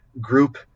group